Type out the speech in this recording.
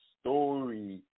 story